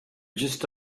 just